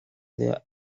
their